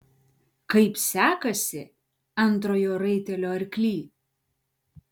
kaip sekasi antrojo raitelio arkly